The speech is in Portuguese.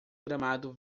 gramado